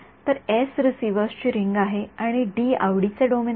तर S receivers ची ring आहे आणि डी आवडीचे डोमेन आहे